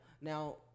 Now